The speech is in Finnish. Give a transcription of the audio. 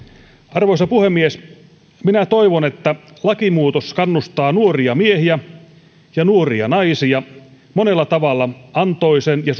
arvoisa puhemies minä toivon että lakimuutos kannustaa nuoria miehiä ja nuoria naisia monella tavalla antoisan ja